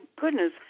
goodness